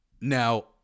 now